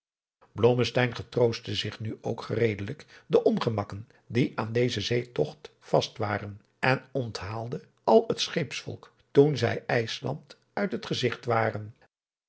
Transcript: getroostte zich nu ook gereedelijk de ongemakken die aan dezen zeetogt vast waren en onthaalde al het scheepsvolk toen zij ijsland uit het gezigt waren